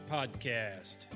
Podcast